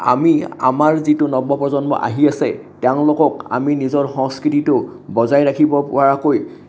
আমি আমাৰ যিটো নৱ প্ৰজন্ম আহি আছে তেওঁলোকক আমি নিজৰ সংস্কৃতিটো বজাই ৰাখিব পৰাকৈ